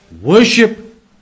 worship